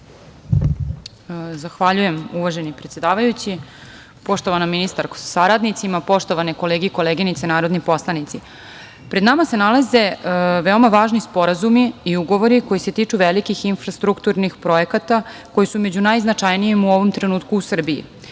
Zahvaljujem, uvaženi predsedavajući. Poštovana ministarko sa saradnicima, poštovane kolege i koleginice narodni poslanici, pred nama se nalaze veoma važni sporazumi i ugovori koji se tiču velikih infrastrukturnih projekata koji su među najznačajnijim u ovom trenutku u Srbiji. Ispred